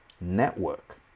Network